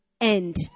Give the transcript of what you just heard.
end